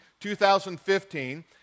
2015